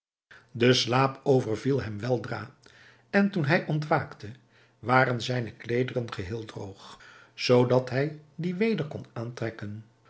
de slaap overviel hem weldra en toen hij ontwaakte waren zijne kleederen geheel droog zoodat hij die weder kon aantrekken